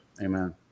Amen